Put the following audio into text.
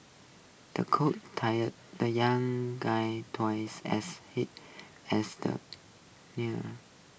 the coach tired the young guy twice as hard as the neared